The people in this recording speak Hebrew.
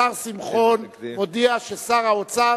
השר שמחון הודיע ששר האוצר